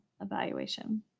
evaluation